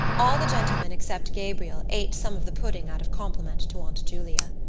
all the gentlemen, except gabriel, ate some of the pudding out of compliment to aunt julia.